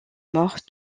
morts